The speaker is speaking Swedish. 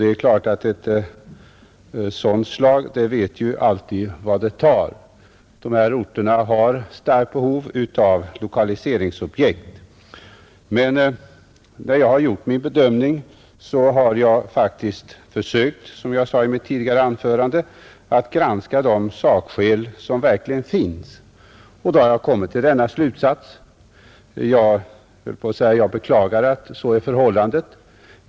Det är klart att ett sådant slag alltid vet var det tar — de här orterna har ett stort behov av lokaliseringsobjekt. När jag gjort min bedömning har jag faktiskt försökt, som jag sade i mitt tidigare anförande, att granska de sakskäl som verkligen finns, och då har jag kommit fram till denna slutsats. Jag beklagar — höll jag på att säga — att så är förhållandet.